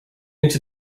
into